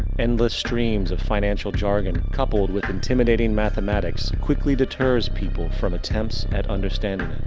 endless streams of financial jargon, coupled with intimidating mathematics, quickly deters people from attempts at understanding